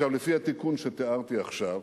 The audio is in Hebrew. עכשיו, לפי התיקון שתיארתי עכשיו,